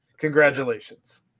Congratulations